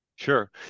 Sure